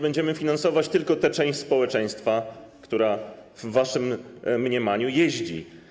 Będziemy więc finansować tylko tę część społeczeństwa, która w waszym mniemaniu jeździ.